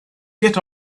get